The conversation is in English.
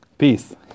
Peace